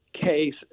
case